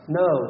no